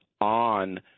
on